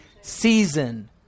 season